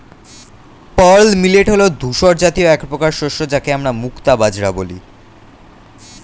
pearl millet হল ধূসর জাতীয় একপ্রকার শস্য যাকে আমরা মুক্তা বাজরা বলি